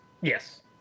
Yes